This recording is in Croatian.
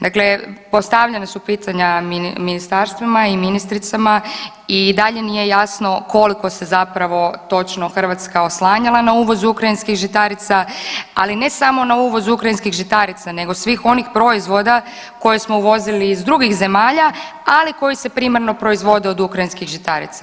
Dakle, postavljena su pitanja ministarstvima i ministricama i dalje nije jasno koliko se zapravo točno Hrvatska oslanjala na uvoz ukrajinskih žitarica, ali ne samo na uvoz ukrajinskih žitarica nego svih onih proizvoda koje smo uvozili iz drugih zemalja, ali koji se primarno proizvode od ukrajinskih žitarica.